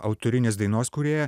autorinės dainos kūrėja